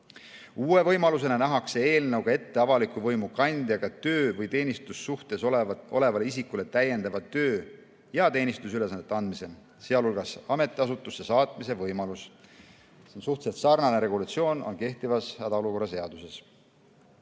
Uue võimalusena nähakse eelnõuga ette avaliku võimu kandjaga töö- või teenistussuhtes olevale isikule täiendava töö- ja teenistusülesannete andmise, sh ametiasutusse saatmise võimalus. Suhteliselt sarnane regulatsioon on kehtivas hädaolukorra